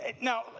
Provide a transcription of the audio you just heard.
Now